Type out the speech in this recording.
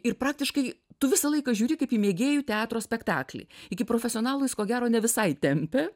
ir praktiškai tu visą laiką žiūri kaip į mėgėjų teatro spektaklį iki profesionalų jis ko gero ne visai tempia